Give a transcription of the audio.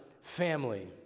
family